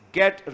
get